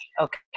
okay